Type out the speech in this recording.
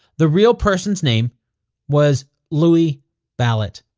the real person's name was louis ballatt.